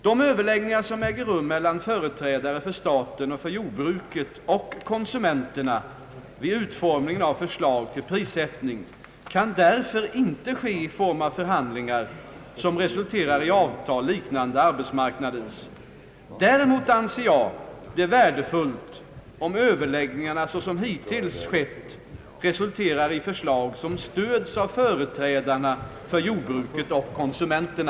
De överläggningar som äger rum mellan företrädare för staten och för jordbruket och konsumenterna vid utformningen av förslag till prissättning kan därför inte ske i form av förhandlingar som resulterar i avtal liknande arbetsmarknadens. Däremot anser jag det värdefullt om överläggningarna såsom hittills skett resulterar i förslag som stöds av företrädarna för jordbruket och konsumenterna.